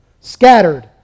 scattered